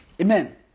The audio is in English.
Amen